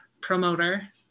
promoter